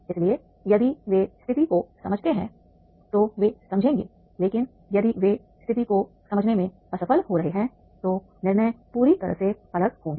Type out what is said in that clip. इसलिए यदि वे स्थिति को समझते हैं तो वे समझेंगे लेकिन यदि वे स्थिति को समझने में असफल हो रहे हैं तो निर्णय पूरी तरह से अलग होंगे